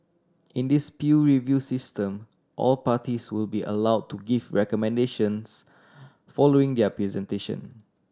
in this peer review system all parties will be allow to give recommendations following their presentation